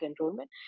enrollment